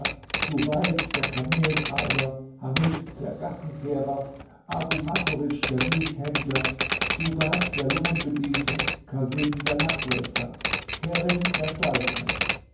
der kameltreiber hamid der gassenkehrer abu makurisch der milchhändler subad der lohnbediente kasim der nachtwächter kerim der stallknecht